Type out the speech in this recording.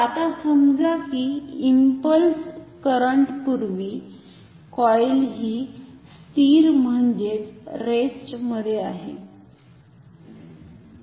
तर आता समजा कि इंपल्स करंटपूर्वी कॉईल हि स्थिर म्हणजेच रेस्ट मधे आहे